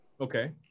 Okay